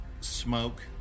smoke